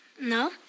No